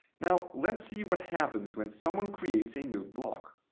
now let's see what happens when someone creates a new block.